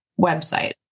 website